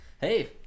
hey